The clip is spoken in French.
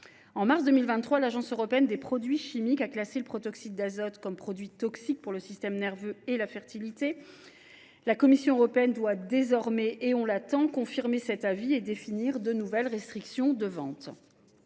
En mars 2023, l’Agence européenne des produits chimiques a classé le protoxyde d’azote comme produit toxique pour le système nerveux et la fertilité. La Commission européenne doit désormais confirmer cet avis et définir de nouvelles restrictions de vente